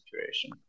situation